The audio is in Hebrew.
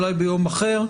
אולי ביום אחר,